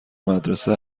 مدرسه